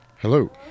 Hello